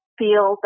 feel